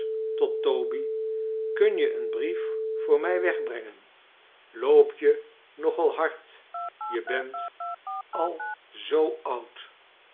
tot toby kun je een brief voor mij wegbrengen loop je nog al hard je bent al zoo oud